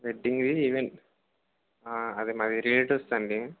వెడ్డింగుది event అదే మా రిలేటివ్స్ది అండి